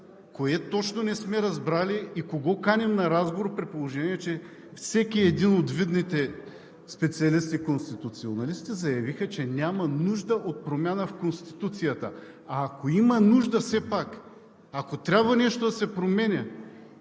Кое точно не сме разбрали и кого каним на разговор, при положение че всеки един от видните специалисти конституционалисти заяви, че няма нужда от промяна в Конституцията? Ако има нужда все пак, ако трябва нещо да се променя,